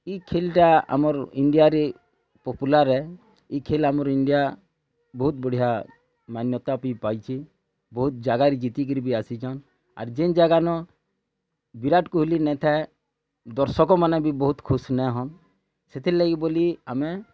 ଇ ଖେଲ୍ଟା ଆମର୍ ଇଣ୍ଡିଆରେ ପପୁଲାର୍ ଏ ଇ ଖେଲ୍ ଆମର୍ ଇଣ୍ଡିଆ ବହୁତ୍ ବଢ଼ିଆ ମାନ୍ୟତା ବି ପାଇଛି ବହୁତ୍ ଜାଗାରେ ଜିତିକିରି ବି ଆସିଛନ୍ ଆର୍ ଯେନ୍ ଯାଗାନ ବିରାଟ୍ କୋହଲି ନାଇଁଥାଏ ଦର୍ଶକମାନେ ବି ବହୁତ୍ ଖୁସ୍ ନାଇଁ ହନ୍ ସେଥିର୍ ଲାଗି ବୋଲି ଆମେ